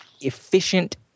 efficient